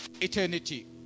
eternity